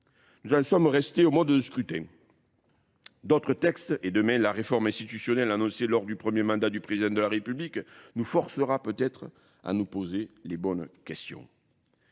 Nous en sommes restés au mode de scrutin. D'autres textes, et demain la réforme institutionnelle annoncée lors du premier mandat du Président de la République, nous forcera peut-être à nous poser les bonnes questions.